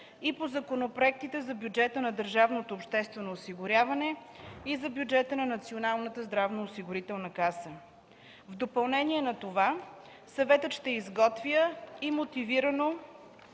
и по законопроектите за бюджета на държавното обществено осигуряване и за бюджета на Националната здравноосигурителна каса. В допълнение на това, съветът ще изготвя и мотивирано